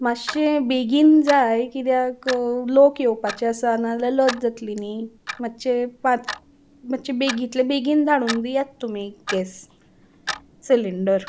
मातशें बेगीन जाय किद्याक लोक येवपाचे आसा ना जाल्यार लज जातली न्ही मातशे पांच मातशे बेगीतले बेगीन धाडून दियात तुमी गॅस सिलींडर